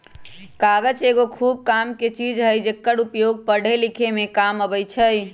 कागज एगो खूब कामके चीज हइ जेकर उपयोग पढ़े लिखे में काम अबइ छइ